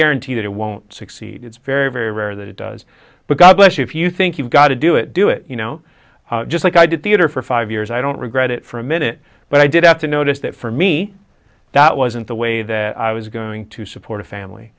guarantee that it won't succeed it's very very rare that it does but god bless you if you think you've got to do it do it you know just like i did theater for five years i don't regret it for a minute but i did have to notice that for me that wasn't the way that i was going to support a family